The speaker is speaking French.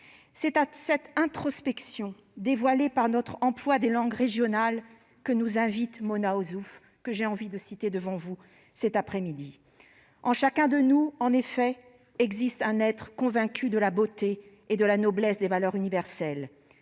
c'est à cette introspection dévoilée par notre emploi des langues régionales que nous invite Mona Ozouf, que j'ai envie de citer devant vous, cet après-midi :« En chacun de nous, en effet, existe un être convaincu de la beauté et de la noblesse des valeurs universelles,